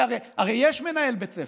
הרי יש מנהל בית ספר.